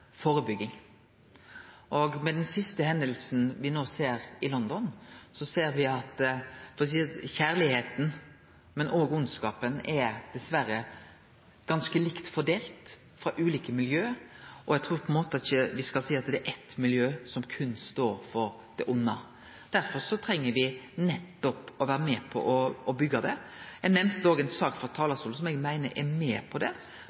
Med den siste hendinga me no ser i London, ser me at kjærleiken, men òg vondskapen, er ganske likt fordelt, frå ulike miljø, og eg trur ikkje me skal seie at det er eitt miljø som berre står for det vonde. Derfor treng me nettopp å vere med på å byggje. Eg nemnde òg frå talarstolen noko eg meiner er med på det,